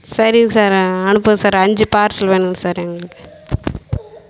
சரிங்க சார் அனுப்புங்க சார் அஞ்சு பார்சல் வேணும்ங்க சார் எங்களுக்கு